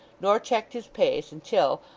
nor checked his pace until,